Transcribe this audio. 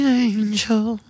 angel